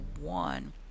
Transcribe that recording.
one